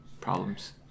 problems